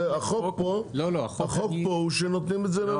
החוק פה הוא שנותנים את זה לנתג"ז.